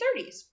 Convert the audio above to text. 1930s